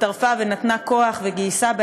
הצטרפה ונתנה כוח, וגייסה,